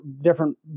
different